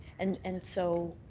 and and so